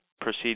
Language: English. proceed